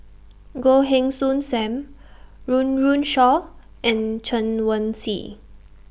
Goh Heng Soon SAM Run Run Shaw and Chen Wen Hsi